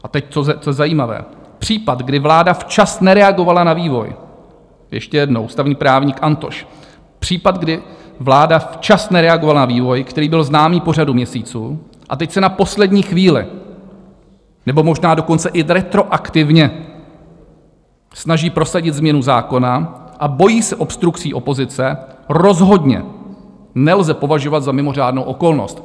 A teď to zajímavé: Případ, kdy vláda včas nereagovala na vývoj ještě jednou, ústavní právník Antoš případ, kdy vláda včas nereagovala na vývoj, který byl známý po řadu měsíců, a teď se na poslední chvíli, nebo možná dokonce i retroaktivně snaží prosadit změnu zákona a bojí se obstrukcí opozice, rozhodně nelze považovat za mimořádnou okolnost.